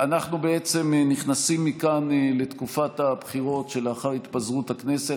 אנחנו נכנסים מכאן לתקופת הבחירות שלאחר התפזרות הכנסת.